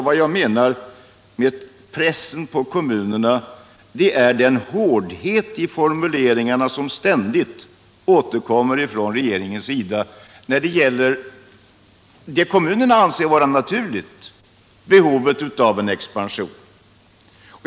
Vad jag menade med pressen på kommunerna är den hårdhet i formuleringarna som ständigt återkommer från regeringen när det gäller det kommunerna anser vara naturligt, nämligen behovet av en expansion.